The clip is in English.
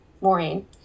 Maureen